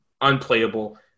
unplayable